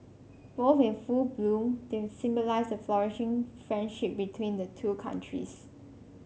both in full bloom they symbolise the flourishing friendship between the two countries